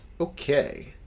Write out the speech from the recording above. Okay